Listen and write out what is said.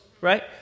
Right